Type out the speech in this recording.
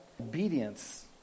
Obedience